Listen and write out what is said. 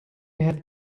had